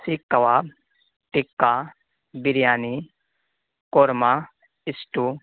سیخ kebab tikka biryani korma stew